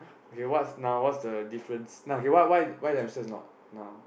okay what's now what's the difference okay why why why the hamster is not now